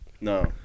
No